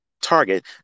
target